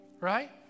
right